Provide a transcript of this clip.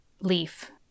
leaf